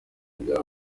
bya